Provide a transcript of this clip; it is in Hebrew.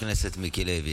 חבר הכנסת מיקי לוי,